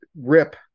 rip